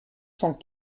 cent